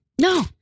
No